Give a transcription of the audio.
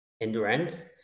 endurance